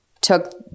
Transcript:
took